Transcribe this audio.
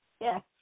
yes